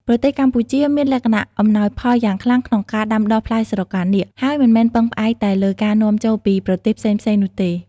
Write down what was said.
ប្រទេសកម្ពុជាមានលក្ខណៈអំណោយផលយ៉ាងខ្លាំងក្នុងការដាំដុះផ្លែស្រកានាគ ហើយមិនមែនពឹងផ្អែកតែលើការនាំចូលពីប្រទេសផ្សេងៗនោះទេ។